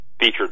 featured